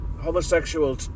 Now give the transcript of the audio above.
Homosexual